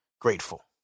Grateful